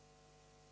Hvala